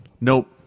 Nope